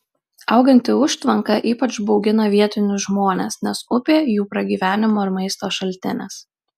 auganti užtvanka ypač baugina vietinius žmones nes upė jų pragyvenimo ir maisto šaltinis